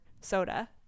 soda